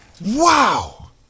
Wow